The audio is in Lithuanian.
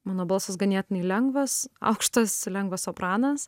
mano balsas ganėtinai lengvas aukštas lengvas sopranas